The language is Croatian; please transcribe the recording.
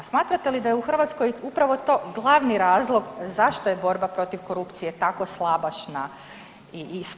Smatrate li da je u Hrvatskoj upravo to glavni razlog zašto je borba protiv korupcije tako slabašna i spora?